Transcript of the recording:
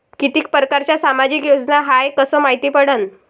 कितीक परकारच्या सामाजिक योजना हाय कस मायती पडन?